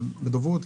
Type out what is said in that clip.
אבל מה בדוברות?